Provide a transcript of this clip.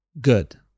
good